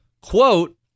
quote